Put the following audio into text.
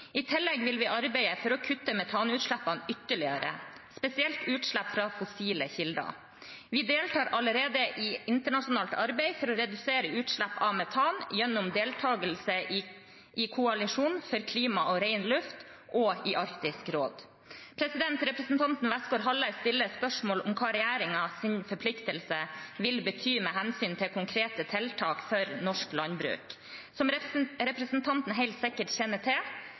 I tillegg vil vi arbeide for å kutte metanutslippene ytterligere, spesielt utslipp fra fossile kilder. Vi deltar allerede i internasjonalt arbeid for å redusere utslipp av metan gjennom deltakelse i Koalisjonen for klima og ren luft og i Arktisk råd. Representanten Westgaard-Halle stiller spørsmål om hva regjeringens forpliktelse vil bety med hensyn til konkrete tiltak for norsk landbruk. Som representanten helt sikkert kjenner til,